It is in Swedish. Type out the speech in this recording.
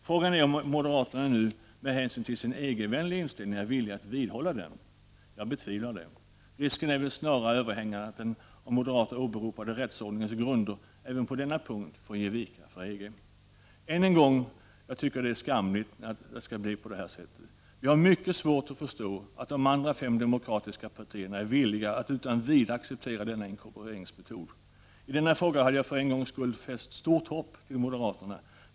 Frågan är om moderaterna nu, med hänsyn till sin EG-vänliga inställning, är villiga att vidhålla den. Jag betvivlar det. Risken är väl snarare överhängande att de av moderaterna åberopade ”rättsordningens grunder” även på denna punkt får ge vika för EG. Än en gång, jag tycker att det är skampligt att det skall bli så här. Vi har mycket svårt att förstå att de andra fem demokratiska partierna är villiga att utan vidare acceptera denna inkorporeringsmetod. I denna fråga hade jag för en gångs skull fäst ett stort hopp till moderaterna.